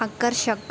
आकर्षक